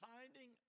finding